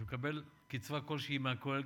הוא מקבל קצבה כלשהי מהכולל,